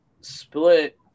split